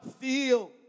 feel